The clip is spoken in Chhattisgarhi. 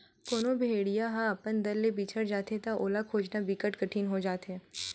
कोनो भेड़िया ह अपन दल ले बिछड़ जाथे त ओला खोजना बिकट कठिन हो जाथे